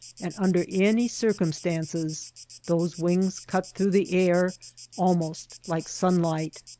and under any circumstances those wings cut through the air almost like sunlight.